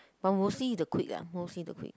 but mostly the quick ah mostly the quick